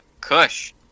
Kush